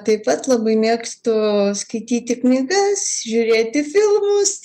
taip pat labai mėgstu skaityti knygas žiūrėti filmus